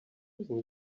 prison